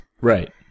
Right